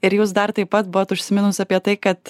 ir jūs dar taip pat buvot užsiminus apie tai kad